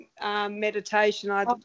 meditation